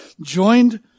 joined